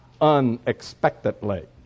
Unexpectedly